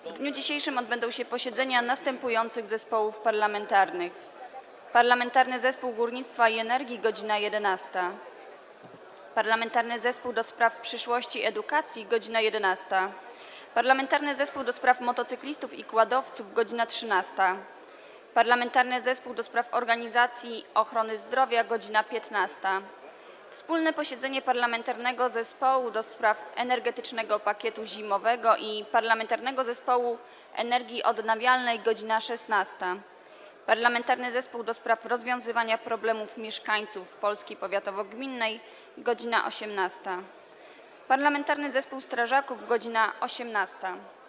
W dniu dzisiejszym odbędą się posiedzenia następujących zespołów parlamentarnych: - Parlamentarnego Zespołu Górnictwa i Energii - godz. 11, - Parlamentarnego Zespołu ds. Przyszłości Edukacji - godz. 11, - Parlamentarnego Zespołu ds. Motocyklistów i Quadowców - godz. 13, - Parlamentarnego Zespołu ds. Organizacji Ochrony Zdrowia - godz. 15, - wspólne posiedzenie Parlamentarnego Zespołu ds. Energetycznego Pakietu Zimowego i Parlamentarnego Zespołu Energii Odnawialnej - godz. 16, - Parlamentarnego Zespołu ds. rozwiązywania problemów mieszkańców „Polski powiatowo-gminnej” - godz. 18, - Parlamentarnego Zespołu Strażaków - godz. 18.